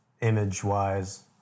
image-wise